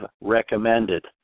recommended